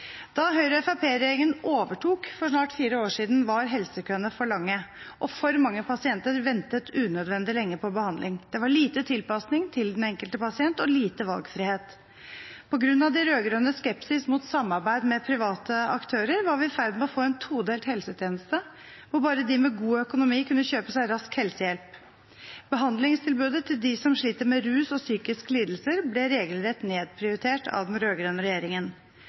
Da Høyre–Fremskrittsparti-regjeringen overtok for snart fire år siden, var helsekøene for lange, og for mange pasienter ventet unødvendig lenge på behandling. Det var lite tilpasning til den enkelte pasient og lite valgfrihet. På grunn av de rød-grønnes skepsis til samarbeid med private aktører var vi i ferd med å få en todelt helsetjeneste hvor bare de med god økonomi kunne kjøpe seg rask helsehjelp. Behandlingstilbudet til de som sliter med rus og psykiske lidelser, ble regelrett nedprioritert av den rød-grønne regjeringen.